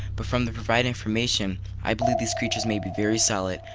but from the provided information, i believe these creatures may be very solid,